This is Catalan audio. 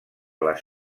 les